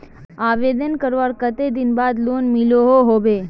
आवेदन करवार कते दिन बाद लोन मिलोहो होबे?